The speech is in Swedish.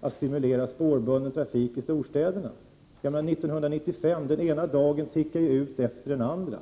att stimulera spårbunden trafik i storstäderna? Målet skall vara genomfört år 1995, och tiden tickar på dag från dag.